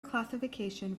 classification